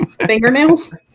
Fingernails